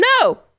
No